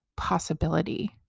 possibility